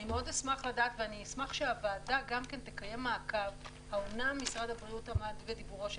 אשמח לדעת ושהוועדה תקיים מעקב האמנם משרד הבריאות עמד בדיבורו של